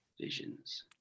Visions